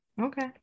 Okay